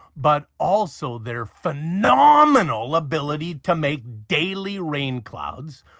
but also their phenomenal ability to make daily rain clouds,